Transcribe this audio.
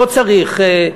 לא צריך,